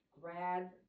grad